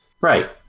Right